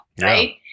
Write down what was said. right